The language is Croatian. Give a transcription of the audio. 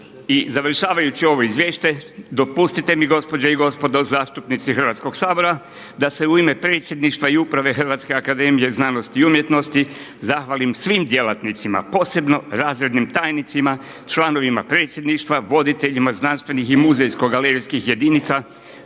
i završavajući ovo izvješće, dopustite mi gospođe i gospodo zastupnici Hrvatskoga sabora da se u ime predsjedništva i uprave HAZU zahvalim svim djelatnicima posebno razrednim tajnicima, članovima predsjedništva, voditeljima znanstvenih i muzejsko-galerijskih jedinica,